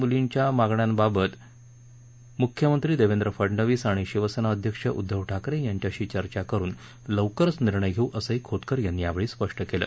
मुलींच्या मागण्यांबाबत मुख्यमंत्री देवेंद्र फडनवीस आणि शिवसेना अध्यक्ष उद्दव ठाकरे यांच्याशी चर्चा करुन लवकरच निर्णय घेऊ असंही खोतकर यांनी यावेळी स्पष्ट केलं